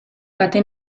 kate